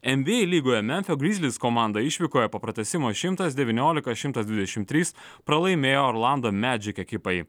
en by ei lygoje memfio grizlis komanda išvykoje po pratęsimo šimtas devyniolika šimtas dvidešimt trys pralaimėjo orlando medžik ekipai